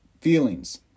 feelings